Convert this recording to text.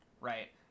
right